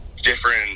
different